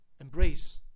Embrace